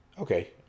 Okay